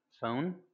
phone